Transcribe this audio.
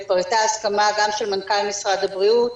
הייתה הסכמה של מנכ"ל משרד הבריאות,